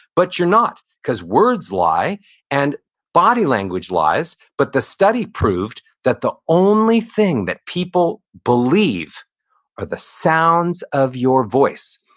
but you're not, because words lie and body language lies. but the study proved that the only thing that people believe are the sounds of your voice.